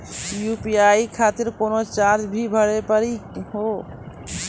UPI खातिर कोनो charge भी भरी पड़ी हो?